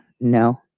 No